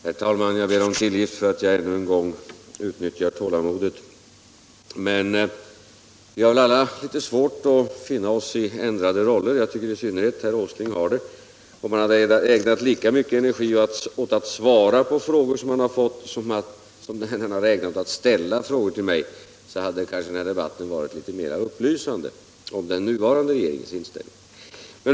Herr talman! Jag ber om tillgift för att ännu en gång utnyttja kammarens tålamod. Vi har väl alla litet svårt att finna oss i ändrade roller. Jag tycker att i synnerhet herr Åsling har det. Om han hade ägnat lika mycket energi åt att svara på frågor som åt att srälla frågor till mig så hade den här debatten kanske varit mer belysande för den nuvarande regeringens inställning.